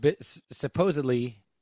supposedly